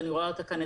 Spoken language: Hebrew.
שאני רואה אותה כאן,